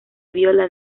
viola